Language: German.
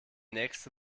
nächste